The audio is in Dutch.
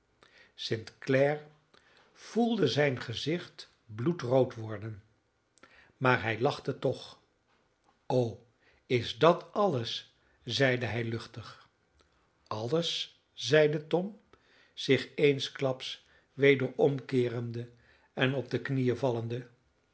st clare voelde zijn gezicht bloedrood worden maar hij lachte toch o is dat alles zeide hij luchtig alles zeide tom zich eensklaps weder omkeerende en op de knieën vallende